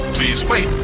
please wait